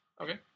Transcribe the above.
Okay